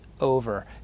over